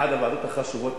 אחת הוועדות החשובות,